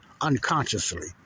unconsciously